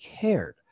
cared